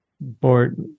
board